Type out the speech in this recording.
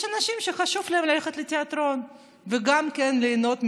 אנשים שחשוב להם ללכת לתיאטרון וגם כן ליהנות שם.